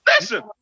Listen